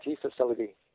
facility